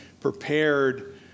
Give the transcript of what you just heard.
prepared